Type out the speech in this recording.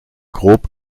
grob